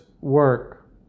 work